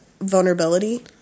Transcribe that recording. vulnerability